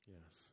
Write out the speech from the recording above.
Yes